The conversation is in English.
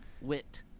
Wit